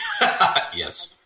Yes